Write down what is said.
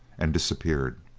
and disappeared.